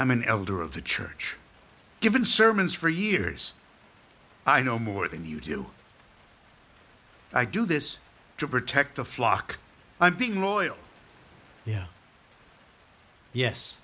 i'm an elder of the church given sermons for years i know more than you do i do this to protect the flock i'm being loyal yeah yes